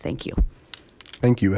thank you thank you